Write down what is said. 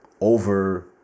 over